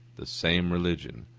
the same religion,